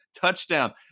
touchdown